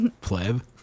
Pleb